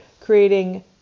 creating